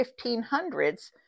1500s